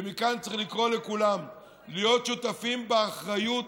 ומכאן צריך לקרוא לכולם להיות שותפים באחריות